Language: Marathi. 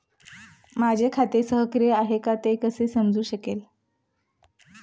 माझे खाते सक्रिय आहे का ते कसे समजू शकेल?